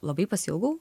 labai pasiilgau